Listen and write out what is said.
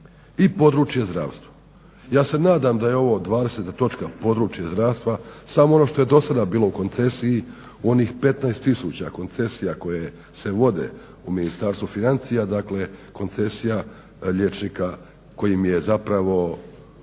i područje zdravstva. Ja se nadam da je ovo 20. točka područje zdravstva samo ono što je dosada bilo u koncesiji, onih 15 tisuća koncesija koje se vode u Ministarstvu financija, dakle koncesija liječnika kojima